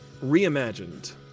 Reimagined